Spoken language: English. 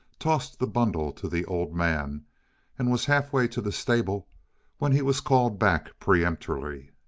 tossed the bundle to the old man and was halfway to the stable when he was called back peremptorily.